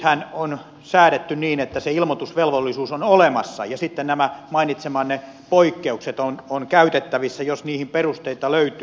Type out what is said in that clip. nythän on säädetty niin että se ilmoitusvelvollisuus on olemassa ja sitten nämä mainitsemanne poikkeukset ovat käytettävissä jos niihin perusteita löytyy